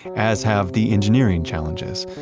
as have the engineering challenges.